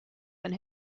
than